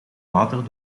water